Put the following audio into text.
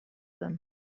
them